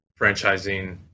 franchising